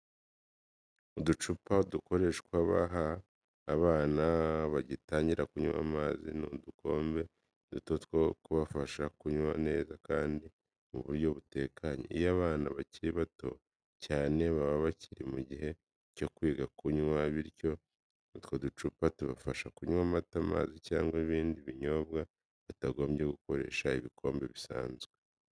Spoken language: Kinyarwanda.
Uducupa dukoreshwa baha abana bagitangira kunywa amata ni udukombe duto two kubafasha kunywa neza kandi mu buryo butekanye. Iyo abana bakiri bato cyane baba bakiri mu gihe cyo kwiga kunywa, bityo utwo uducupa tubafasha kunywa amata, amazi cyangwa ibindi binyobwa batagombye gukoresha ibikombe bisanzwe.